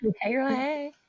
Hey